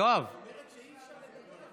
היא אומרת שאי-אפשר לדבר.